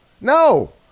no